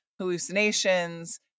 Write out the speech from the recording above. Hallucinations